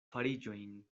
fariĝojn